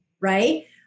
Right